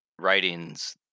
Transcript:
writings